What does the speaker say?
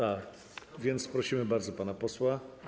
A więc prosimy bardzo pana posła.